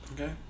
Okay